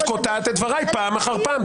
את קוטעת את דבריי פעם אחר פעם.